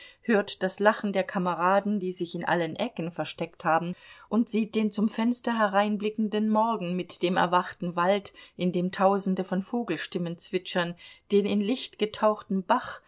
hört das lachen der kameraden die sich in allen ecken versteckt haben und sieht den zum fenster hereinblickenden morgen mit dem erwachten wald in dem tausende von vogelstimmen zwitschern den in licht getauchten bach